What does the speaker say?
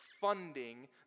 funding